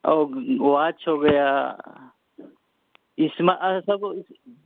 औ वाच हो गया इसमें